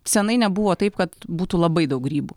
senai nebuvo taip kad būtų labai daug grybų